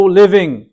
living